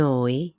Noi